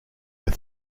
were